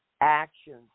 actions